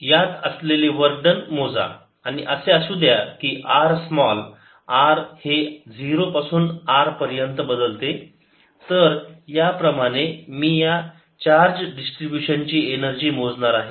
यात असलेले work done मोजा आणि असे असू द्या की r स्मॉल r हे 0 पासून R पर्यंत बदलते तर याप्रमाणे मी या चार डिस्ट्रीब्यूशन ची एनर्जी मोजणार आहे